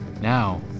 Now